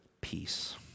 peace